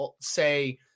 say